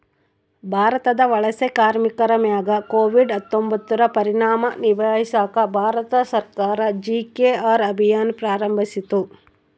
ಭಾರತದ ವಲಸೆ ಕಾರ್ಮಿಕರ ಮ್ಯಾಗ ಕೋವಿಡ್ ಹತ್ತೊಂಬತ್ತುರ ಪರಿಣಾಮ ನಿಭಾಯಿಸಾಕ ಭಾರತ ಸರ್ಕಾರ ಜಿ.ಕೆ.ಆರ್ ಅಭಿಯಾನ್ ಪ್ರಾರಂಭಿಸಿತು